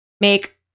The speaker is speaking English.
make